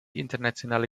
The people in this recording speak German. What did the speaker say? internationale